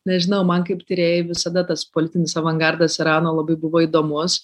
nežinau man kaip tyrėjai visada tas politinis avangardas irano labai buvo įdomus